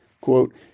quote